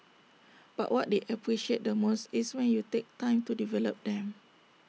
but what they appreciate the most is when you take time to develop them